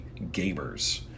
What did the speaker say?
gamers